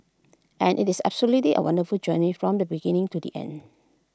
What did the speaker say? and IT is absolutely A wonderful journey from the beginning to the end